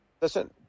Listen